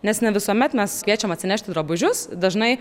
nes ne visuomet mes kviečiam atsinešti drabužius dažnai